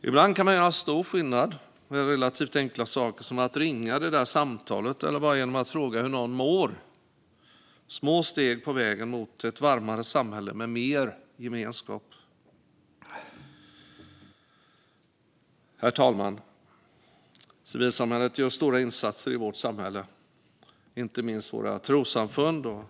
Ibland kan man göra stor skillnad med relativt enkla medel, som att ringa det där samtalet eller bara fråga hur någon mår. Det är små steg på vägen mot ett varmare samhälle med mer gemenskap. Herr talman! Civilsamhället gör stora insatser i vårt samhälle, inte minst våra trossamfund.